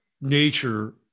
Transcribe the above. nature